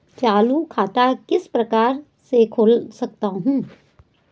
चालू खाता किस प्रकार से खोल सकता हूँ?